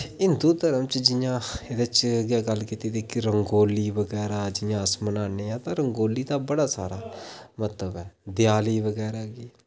होर हिंदु धर्म च जियां एह्दे च गै गल्ल कीती दी कि रंगोली ते अस बनाने आं पर रंगोली ते बड़ा सारा महत्व ऐ देआली बगैरा गी